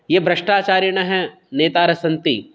ये भ्रष्टाचारिणः नेतारः सन्ति